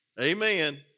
Amen